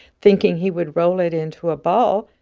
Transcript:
thinking he would roll it into a ball,